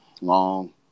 long